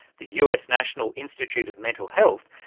the us national institute of mental health,